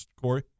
Corey